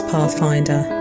Pathfinder